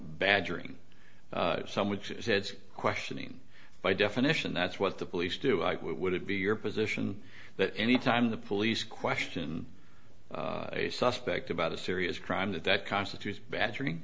badgering some which is it's questioning by definition that's what the police do i would it be your position that anytime the police question a suspect about a serious crime that that constitutes batter